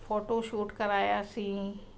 photo shoot करायासीं